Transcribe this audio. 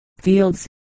fields